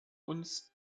uns